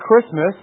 Christmas